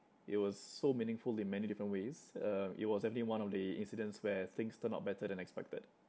it was so meaningful in many different ways uh it was definitely one of the incidents where things turn out better than expected